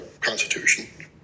Constitution